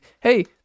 hey